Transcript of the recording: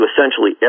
essentially